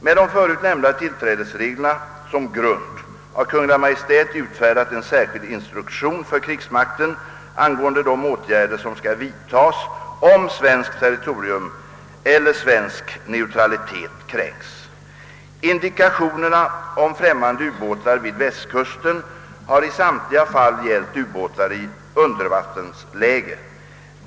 Med de förut nämnda tillträdesreglerna som grund har Kungl. Maj:t utfärdat en särskild instruktion för krigsmakten angående de åtgärder som skall vidtas, om svenskt territorium eller svensk neutralitet kränks. Indikationerna om främmande ubåtar vid västkusten har i samtliga fall gällt ubåtar i undervattensläge.